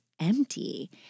empty